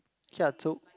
ya so